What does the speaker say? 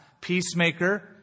peacemaker